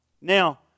Now